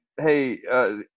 Hey